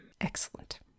Excellent